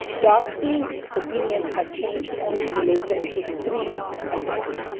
doctors' opinions had changed only related to three items.